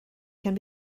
can